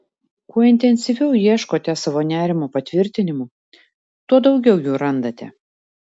kuo intensyviau ieškote savo nerimo patvirtinimų tuo daugiau jų randate